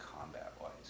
combat-wise